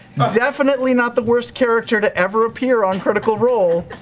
definitely not the worst character to ever appear on critical role.